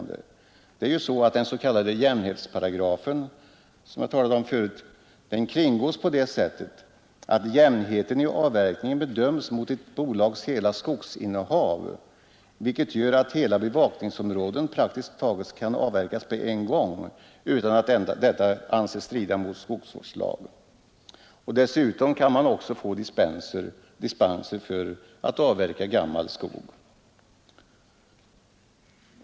Den s.k. jämnhetsparagrafen som jag talade om förut kringgås på det sättet att jämnheten i avverkningen bedöms med hänsyn till ett bolags totala skogsinnehav, vilket gör att hela bevakningsområden kan avverkas praktiskt taget på en gång utan att detta anses strida mot skogsvårdslagen. Man kan dessutom få dispenser för att avverka gammal skog.